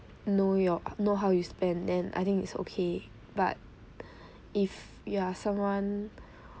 know your know how you spend then I think it's okay but if you're someone